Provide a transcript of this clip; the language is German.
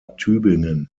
tübingen